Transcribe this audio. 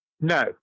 No